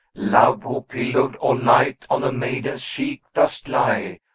love who pillowed all night on a maiden's cheek dost lie,